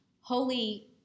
holy